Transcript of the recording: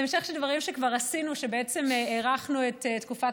זה המשך של דברים שכבר עשינו כשבעצם הארכנו את תקופת